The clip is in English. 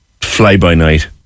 fly-by-night